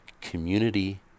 community